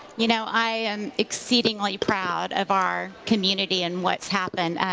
you know, i am exceedingly proud of our community and what's happened.